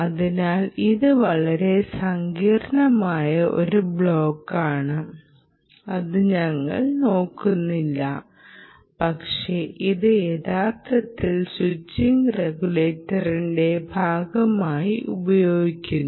അതിനാൽ ഇത് വളരെ സങ്കീർണ്ണമായ ഒരു ബ്ലോക്കാണ് അത് ഞങ്ങൾ നോക്കുന്നില്ല പക്ഷേ ഇത് യഥാർത്ഥത്തിൽ സ്വിച്ചിംഗ് റെഗുലേറ്ററിന്റെ ഭാഗമായി ഉപയോഗിക്കുന്നു